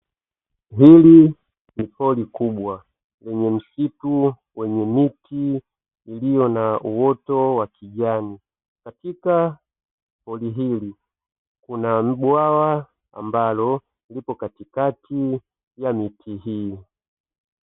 Hili ni pori kubwa lenye msitu wenye miti ilio na uoto wa kijani. Katika pori hili kuna bwawa ambalo lipo katikati ya miti hii.